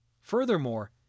Furthermore